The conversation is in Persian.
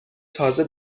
تازه